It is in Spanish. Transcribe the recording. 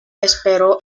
esperó